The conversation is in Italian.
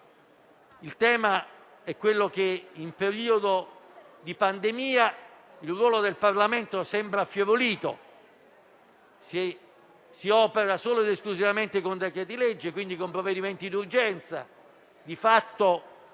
il tema è quello che, in periodo di pandemia, il ruolo del Parlamento sembra affievolito: si opera solo ed esclusivamente con decreti-legge e, quindi, con provvedimenti d'urgenza.